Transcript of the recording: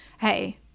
hey